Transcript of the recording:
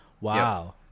wow